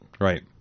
Right